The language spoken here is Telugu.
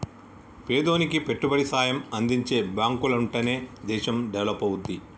పేదోనికి పెట్టుబడి సాయం అందించే బాంకులుంటనే దేశం డెవలపవుద్ది